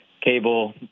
cable